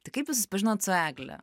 tai kaip jūs susipažinot su egle